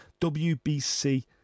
WBC